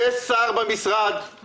יש שר במשרד,